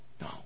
No